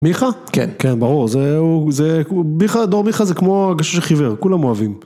מיכה? כן. כן, ברור. זהו... זה... מיכה... דור מיכה זה כמו גשש חיוור. כולם אוהבים.